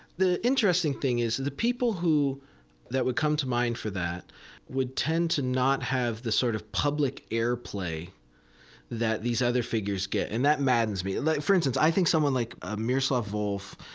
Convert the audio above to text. the interesting thing is the people that would come to mind for that would tend to not have the sort of public air play that these other figures get. and that maddens me. like, for instance, i think someone like ah miroslav volf,